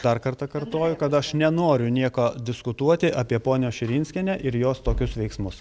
dar kartą kartoju kad aš nenoriu nieko diskutuoti apie ponią širinskienę ir jos tokius veiksmus